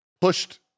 pushed